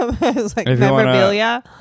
memorabilia